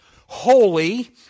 holy